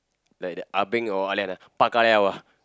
like the ah-beng or ah-lian ah bao ka liao